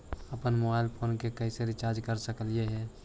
अप्पन mobile phone के कैसे रिचार्ज कर सकली हे?